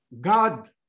God